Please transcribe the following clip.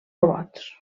robots